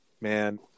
Man